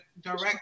direct